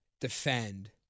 defend